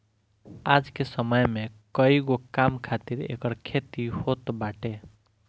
आज के समय में कईगो काम खातिर एकर खेती होत बाटे